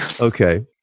Okay